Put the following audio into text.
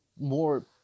more